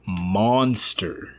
monster